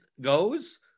goes